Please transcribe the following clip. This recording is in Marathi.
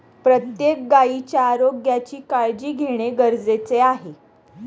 प्रत्येक गायीच्या आरोग्याची काळजी घेणे गरजेचे आहे